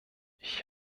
ich